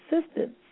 assistance